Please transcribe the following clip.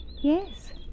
Yes